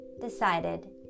decided